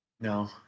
No